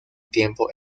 tiempo